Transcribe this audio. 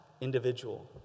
individual